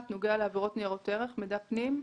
נוגע לעבירות ניירות ערך - מידע פנים,